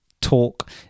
talk